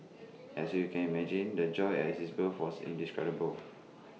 as you can imagine the joy at his birth was indescribable